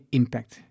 impact